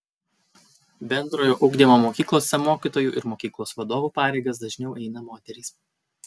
bendrojo ugdymo mokyklose mokytojų ir mokyklos vadovų pareigas dažniau eina moterys